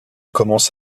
commence